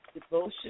Devotion